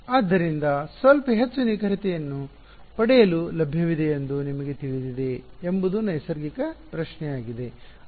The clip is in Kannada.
ಆದ್ದರಿಂದ ಸ್ವಲ್ಪ ಹೆಚ್ಚು ನಿಖರತೆಯನ್ನು ಪಡೆಯಲು ಲಭ್ಯವಿದೆಯೆಂದು ನಿಮಗೆ ತಿಳಿದಿದೆ ಎಂಬುದು ನೈಸರ್ಗಿಕ ಪ್ರಶ್ನೆಯಾಗಿದೆ